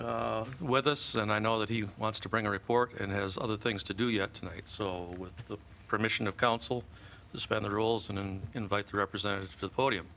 ski with us and i know that he wants to bring a report and has other things to do yet tonight so with the permission of council suspend the rules and invite the representative to the podium